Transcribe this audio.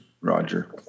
Roger